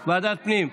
פנים.